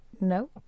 No